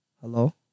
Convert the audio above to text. Hello